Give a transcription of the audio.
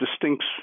distinct